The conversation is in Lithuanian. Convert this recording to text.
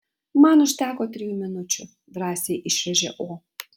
man užteko trijų minučių drąsiai išrėžė o